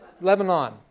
Lebanon